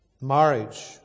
marriage